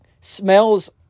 smells